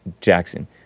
Jackson